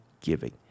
giving